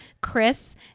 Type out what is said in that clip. Chris